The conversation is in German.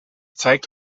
zeigt